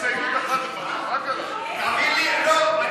ההסתייגות (10) של חברי הכנסת חיים ילין ויעל גרמן לסעיף 3 לא